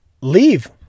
Leave